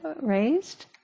raised